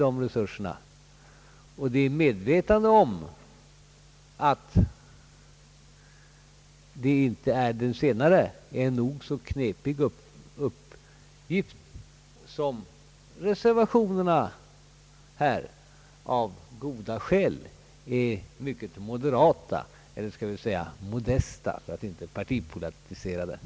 Det är i medvetande om att det är en nog så knepig uppgift som reservationerna är mycket moderata, eller modesta, för att inte använda en skenbart partipolitisk karakteristik.